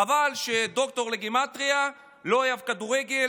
חבל שהדוקטור לגימטרייה לא אוהב כדורגל